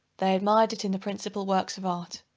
they admired it in the principal works of art.